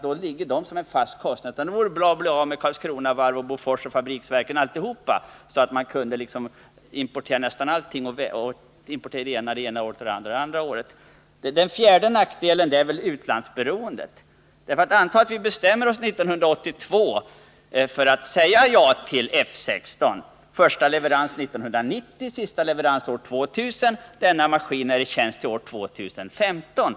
Då kan det sägas att det kanske vore bra att vara av också med Karlskronavarvet, Bofors, fabriks verken och alltihop — så att man kunde importera nästan allting. Det ena ett år, det andra ett annat år. Den fjärde nackdelen är utlandsberoendet. Om vi 1982 bestämmer oss för att säga ja till F 16 med första leverans 1990 och sista leverans år 2000 kommer denna maskin att vara i tjänst till omkring år 2015.